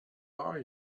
are